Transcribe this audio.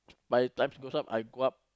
by the time close up I go up